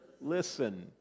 listen